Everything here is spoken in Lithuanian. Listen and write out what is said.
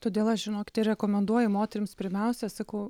todėl aš žinokit ir rekomenduoju moterims pirmiausia sakau